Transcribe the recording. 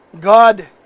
God